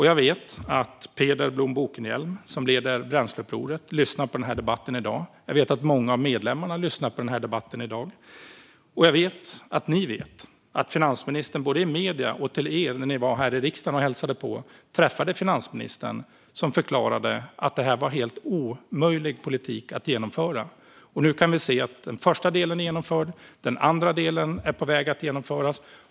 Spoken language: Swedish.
Jag vet att Peder Blohm Bokenhielm som leder Bränsleupproret lyssnar på den här debatten i dag, och jag vet att många av medlemmarna lyssnar på den här debatten i dag. Jag vet att ni vet att finansministern både i medier och till er när ni var här i riksdagen och hälsade på har förklarat att den här politiken var helt omöjlig att genomföra. Och nu kan vi se att den första delen är genomförd och att den andra delen är på väg att genomföras.